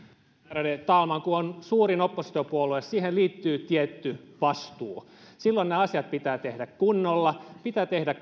ärade talman kun on suurin oppositiopuolue siihen liittyy tietty vastuu silloin nämä asiat pitää tehdä kunnolla pitää tehdä